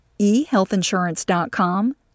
ehealthinsurance.com